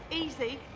easy,